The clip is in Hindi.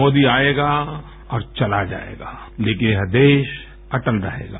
मोदी आएगा और चला जाएगा लेकिन यह देश अटल रहेगा